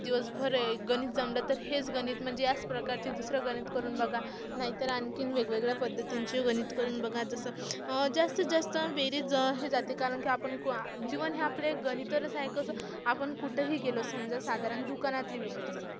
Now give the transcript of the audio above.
दिवसभर गणित जमलं तर हेच गणित म्हणजे याच प्रकारचे दुसरं गणित करून बघा नाहीतर आणखीन वेगवेगळ्या पद्धतींचे गणित करून बघा जसं जास्तीतजास्त बेरीज हे जाते कारण की आपण जीवन हे आपले गणितच आहे कसं आपण कुठेही गेलो समजा साधारण दुकानातील विषय समजा